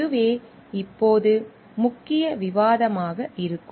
இதுவே இப்போது முக்கிய விவாதமாக இருக்கும்